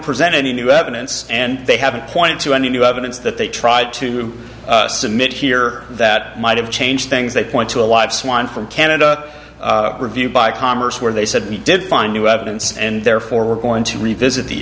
present any new evidence and they haven't point to any new evidence that they tried to submit here that might have changed things they point to a lot of swan from canada review by commerce where they said we did find new evidence and therefore we're going to revisit the